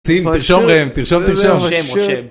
תרשום להם, תרשום תרשום